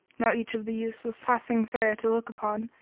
now each of the youths was passing fair to look upon,